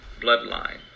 bloodline